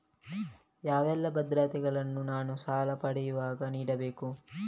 ಯಾವೆಲ್ಲ ಭದ್ರತೆಗಳನ್ನು ನಾನು ಸಾಲ ಪಡೆಯುವಾಗ ನೀಡಬೇಕು?